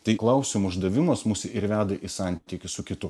tai klausimų uždavimas mus ir veda į santykį su kitu